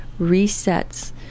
resets